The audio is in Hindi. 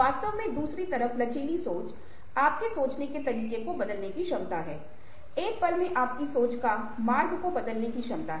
वास्तव में दूसरी तरफ लचीली सोच आपके सोचने के तरीके को बदलने की क्षमता है एक पल में आपकी सोच का मार्ग को बदलने के क्षमता है